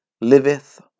liveth